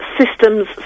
systems